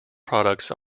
products